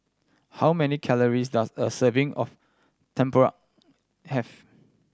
how many calories does a serving of tempoyak have